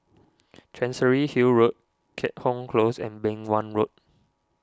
Chancery Hill Road Keat Hong Close and Beng Wan Road